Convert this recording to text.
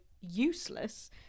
useless